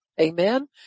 Amen